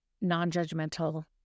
non-judgmental